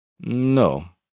No